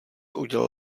udělal